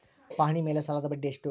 ಪಹಣಿ ಮೇಲೆ ಸಾಲದ ಬಡ್ಡಿ ಎಷ್ಟು?